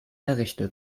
errichtet